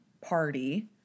party